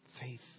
faith